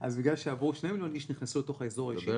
אז בגלל ששני מיליון איש נכנסו לתוך האזור האישי -- תדבר